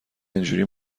اینجوری